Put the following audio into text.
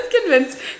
convinced